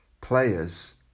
players